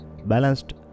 balanced